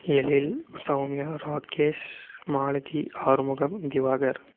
Ezhil Sowmya Rakesh Malathi Arumugam Diwakar